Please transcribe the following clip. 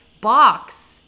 box